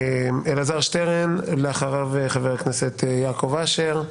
אלעזר שטרן, אחריו חבר הכנסת יעקב אשר.